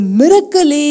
miracle